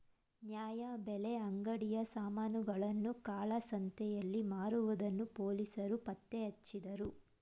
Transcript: ನ್ಯಾಯಬೆಲೆ ಅಂಗಡಿಯ ಸಾಮಾನುಗಳನ್ನು ಕಾಳಸಂತೆಯಲ್ಲಿ ಮಾರುವುದನ್ನು ಪೊಲೀಸರು ಪತ್ತೆಹಚ್ಚಿದರು